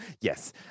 yes